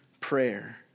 prayer